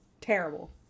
Terrible